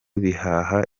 bihaha